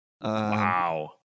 Wow